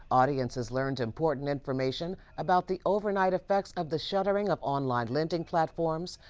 audiences learned important information about the overnight effects of the shuttering of online lending platforms,